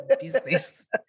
business